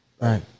Right